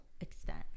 extent